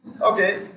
Okay